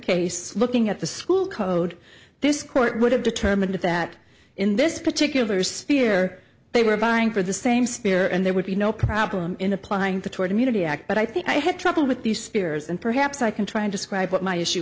case looking at the school code this court would have determined that in this particular sphere they were vying for the same spear and they would be no problem in applying the toward immunity act but i think i had trouble with the spears and perhaps i can try to describe what my issue